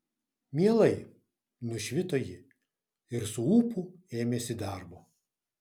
mielai nušvito ji ir su ūpu ėmėsi darbo